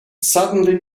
suddenly